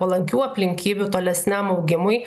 palankių aplinkybių tolesniam augimui